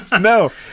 No